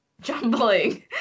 jumbling